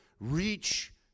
reach